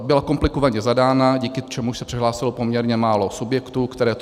Byla komplikovaně zadána, díky čemuž se přihlásilo poměrně málo subjektů, které to vysoutěžily.